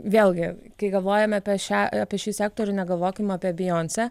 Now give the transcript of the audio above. vėlgi kai galvojame apie šią apie šį sektorių negalvokim apie bijoncę